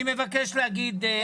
אני מבקש להגיד.